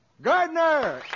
Gardner